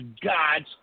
God's